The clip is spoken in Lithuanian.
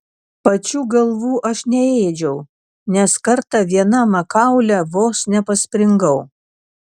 pačių galvų aš neėdžiau nes kartą viena makaule vos nepaspringau